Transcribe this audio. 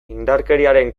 indarkeriaren